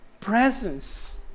presence